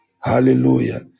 Hallelujah